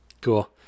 Cool